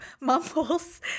mumbles